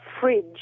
fridge